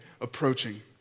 approaching